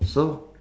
so